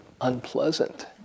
unpleasant